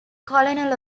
colonel